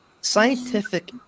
scientific